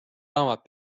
raamat